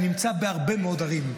אני נמצא בהרבה מאוד ערים,